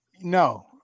no